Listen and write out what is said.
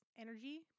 energy